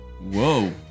Whoa